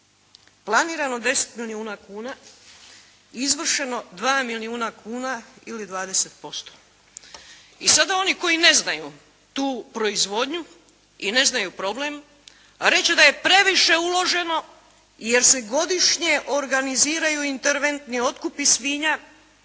Planirano 10 milijuna kuna. Izvršeno 2 milijuna kuna ili 20%. I sada oni koji ne znaju tu proizvodnju i ne znaju problem reći će da je previše uloženo jer se godišnje organiziraju interventni otkupi svinja